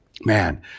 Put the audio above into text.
Man